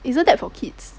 isn't that for kids